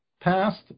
past